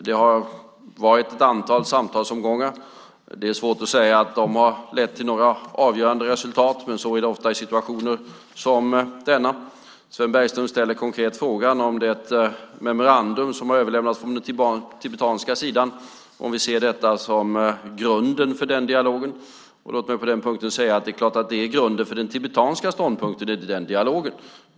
Det har varit ett antal samtalsomgångar. Det är svårt att säga att de har lett till några avgörande resultat, men så är det ofta i situationer som denna. Sven Bergström ställer konkret frågan om vi ser det memorandum som har överlämnats från den tibetanska sidan som grunden för den dialogen. Låt mig på den punken säga att det är klart att det är grunden för den tibetanska ståndpunkten i den dialogen.